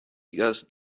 because